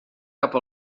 cap